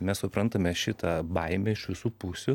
mes suprantame šitą baimę iš visų pusių